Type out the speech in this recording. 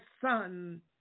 son